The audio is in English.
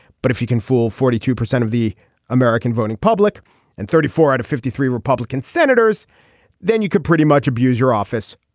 but if you can fool forty two percent of the american voting public and thirty four out of fifty three republican senators then you could pretty much abuse your office.